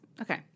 okay